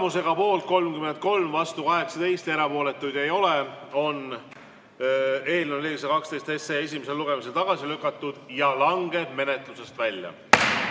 Tulemusega poolt 33, vastu 18, erapooletuid ei ole, on eelnõu 412 esimesel lugemisel tagasi lükatud ja langeb menetlusest välja.